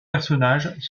personnages